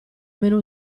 meno